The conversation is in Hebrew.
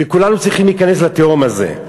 וכולנו צריכים להיכנס לתהום הזאת.